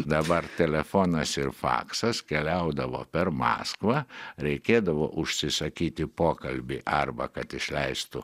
dabar telefonas ir faksas keliaudavo per maskvą reikėdavo užsisakyti pokalbį arba kad išleistų